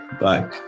Bye